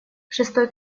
шестой